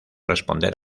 responder